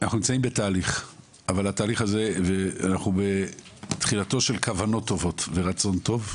אנחנו נמצאים בתהליך ואנחנו בתחילתם של כוונות טובות ורצון טוב,